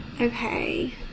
okay